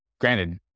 granted